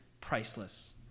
priceless